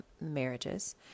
marriages